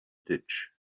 ditch